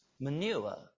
Manure